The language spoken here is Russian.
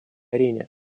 арене